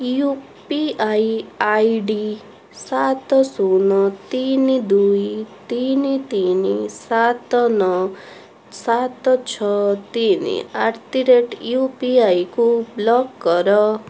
you P I I D ସାତ ଶୂନ ତିନି ଦୁଇ ତିନି ତିନି ସାତ ନଅ ସାତ ଛଅ ତିନି at the rate U P I କୁ ବ୍ଲକ୍ କର